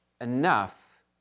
enough